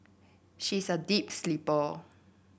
she is a deep sleeper